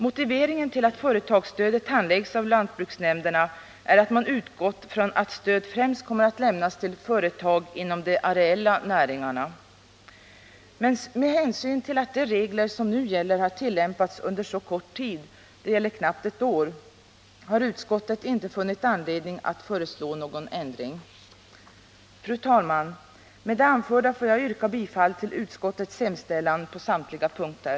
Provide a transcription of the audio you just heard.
Motiveringen till att företagsstödet handläggs av lantbruksnämnderna är att man utgått från att stöd främst kommer att lämnas till företag inom de areella näringarna. Med hänsyn till att de regler som nu gäller har tillämpats under så kort tid — knappt ett år — har utskottet inte funnit anledning att föreslå någon ändring. Fru talman! Med det anförda får jag yrka bifall till utskottets hemställan på samtliga punkter.